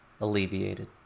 alleviated